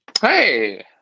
Hey